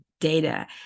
data